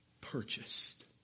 purchased